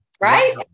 Right